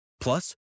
Plus